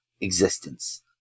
existence